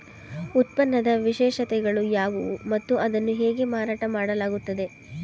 ಉತ್ಪನ್ನದ ವಿಶೇಷತೆಗಳು ಯಾವುವು ಮತ್ತು ಅದನ್ನು ಹೇಗೆ ಮಾರಾಟ ಮಾಡಲಾಗುತ್ತದೆ?